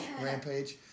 rampage